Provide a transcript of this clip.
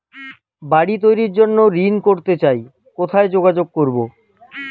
বাড়ি তৈরির জন্য ঋণ করতে চাই কোথায় যোগাযোগ করবো?